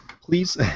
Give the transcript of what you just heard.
Please